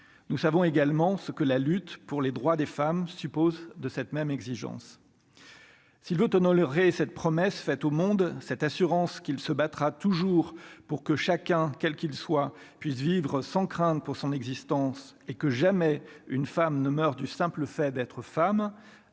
nous savons également ce que la lutte pour les droits des femmes suppose de cette même exigence Silvio tonneau et cette promesse faite au monde cette assurance qu'il se battra toujours pour que chacun, quel qu'il soit puisse vivre sans crainte pour son existence et que jamais une femme ne meurent du simple fait d'être femme